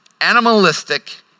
animalistic